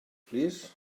plîs